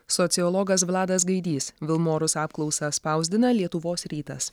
sociologas vladas gaidys vilmorus apklausą spausdina lietuvos rytas